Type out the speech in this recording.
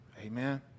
Amen